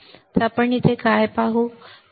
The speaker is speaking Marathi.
तर आपण येथे काय पाहतो